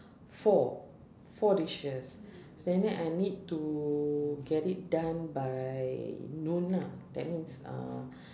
four four dishes and then I need to get it done by noon ah that means uh